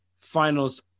Finals